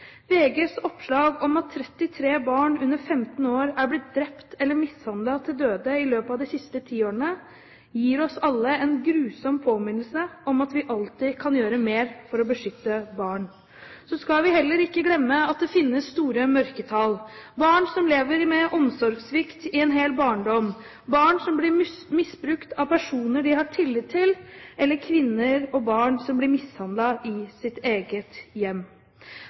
VGs oppslag om at 33 barn under 15 år er blitt drept eller mishandlet til døde i løpet av de siste ti årene, gir oss alle en grusom påminnelse om at vi alltid kan gjøre mer for å beskytte barn. Så skal vi heller ikke glemme at det finnes store mørketall – barn som lever med omsorgssvikt i en hel barndom, barn som blir misbrukt av personer de har tillit til, eller kvinner og barn som blir mishandlet i sitt eget hjem.